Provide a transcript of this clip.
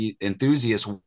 enthusiasts